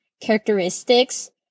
characteristics